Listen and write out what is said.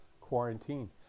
quarantine